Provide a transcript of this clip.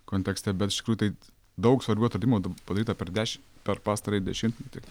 kontekste bet iš tikrųjų tai daug svarbių atradimų padaryta per dešimt per pastarąjį dešimtmetį